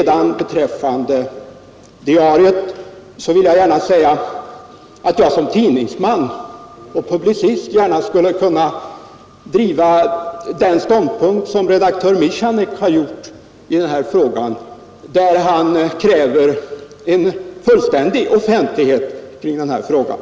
Vad sedan frågan om diariet angår vill jag säga att jag som tidningsman och publicist skulle kunna inta samma ståndpunkt som redaktör Michanek, som kräver fullständig offentlighet i dessa frågor.